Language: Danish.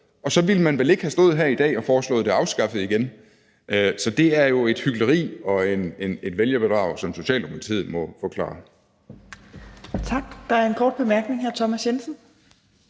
og så ville man vel ikke have stået her i dag og foreslået det afskaffet igen. Så det er jo et hykleri og et vælgerbedrag, som Socialdemokratiet må forklare. Kl. 15:06 Fjerde næstformand